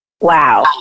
wow